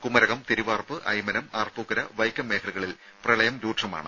കുമരകം തിരുവാർപ്പ് ഐമനം ആർപ്പൂക്കര വൈക്കം മേഖലകളിൽ പ്രളയം രൂക്ഷമാണ്